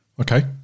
okay